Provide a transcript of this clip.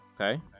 Okay